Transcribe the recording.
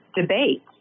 debate